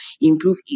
improve